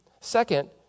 Second